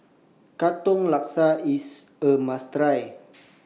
Katong Laksa IS A must Try